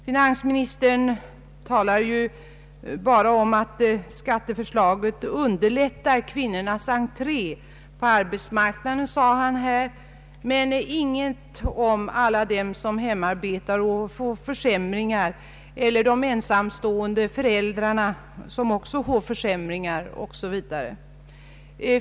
Finansministern talar ju bara om att skatteförslaget underlättar kvinnornas entré på arbetsmarknaden men ingen ting om alla dem som arbetar i hemmet och får försämringar eller om de ensamstående föräldrarna som också får försämringar 0. s. V.